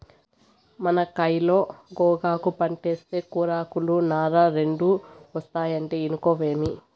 మన కయిలో గోగాకు పంటేస్తే కూరాకులు, నార రెండూ ఒస్తాయంటే ఇనుకోవేమి